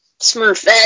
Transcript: Smurfette